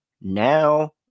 now